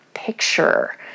Picture